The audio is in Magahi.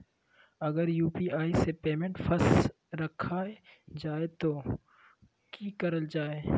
अगर यू.पी.आई से पेमेंट फस रखा जाए तो की करल जाए?